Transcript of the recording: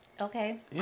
Okay